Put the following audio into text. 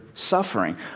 suffering